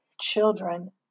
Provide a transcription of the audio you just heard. children